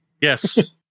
Yes